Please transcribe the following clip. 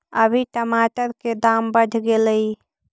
अभी टमाटर के दाम बढ़ गेलइ